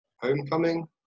Homecoming